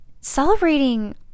celebrating